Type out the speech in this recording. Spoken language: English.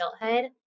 adulthood